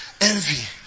envy